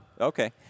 Okay